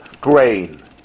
grain